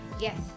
Yes